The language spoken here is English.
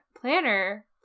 planner